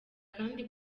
kandi